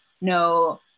no